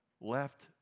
left